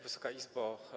Wysoka Izbo!